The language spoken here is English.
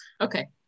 okay